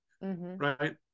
right